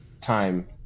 time